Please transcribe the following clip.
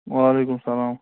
وعلیکُم السَلام